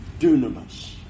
Dunamis